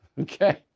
okay